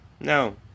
No